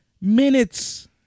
minutes